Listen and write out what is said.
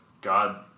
God